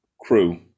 crew